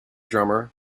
drummer